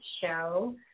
show